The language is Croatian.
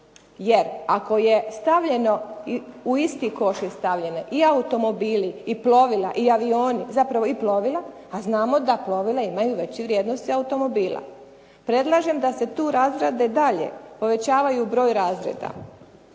jer ako je stavljeno u isti koš stavljeno i automobili, plovila i avioni, zapravo i plovila a znamo da plovila imaju veću vrijednost od automobila. Predlažem da se tu razrade dalje povećavaju broj razreda.